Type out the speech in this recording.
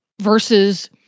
versus